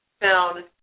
found